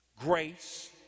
Grace